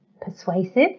persuasive